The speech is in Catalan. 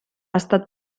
estat